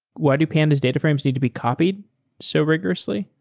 why do pandas data frames need to be copied so rigorously,